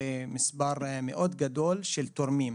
זה מספר מאוד גדול של תורמים.